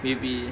maybe